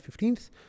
15th